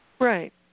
Right